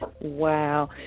wow